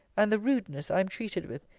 and the rudeness i am treated with,